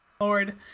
Lord